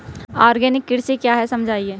Organic कृषि क्या है समझाइए?